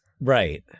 Right